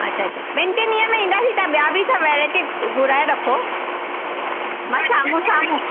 अच्छा अच्छा ॿिनि टिनि ॾींहंनि में ईंदासीं त ॿिया बि सभु वैराईटी घुराए रखो मां साम्हूं साम्हूं